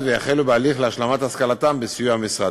ויחלו בהליך להשלמת השכלתם בסיוע המשרד,